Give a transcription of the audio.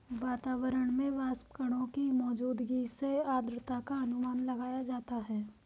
वातावरण में वाष्पकणों की मौजूदगी से आद्रता का अनुमान लगाया जाता है